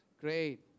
Great